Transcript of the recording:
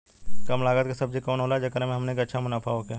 कम लागत के सब्जी कवन होला जेकरा में हमनी के अच्छा मुनाफा होखे?